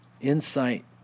insight